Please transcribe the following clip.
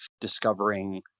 discovering